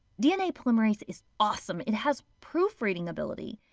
dna polymerase is awesome it has proofreading ability.